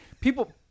People